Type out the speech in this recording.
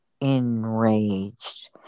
enraged